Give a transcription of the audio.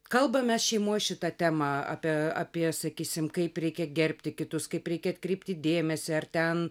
kalbame šeimoj šita tema apie apie sakysim kaip reikia gerbti kitus kaip reikia atkreipti dėmesį ar ten